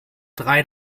drei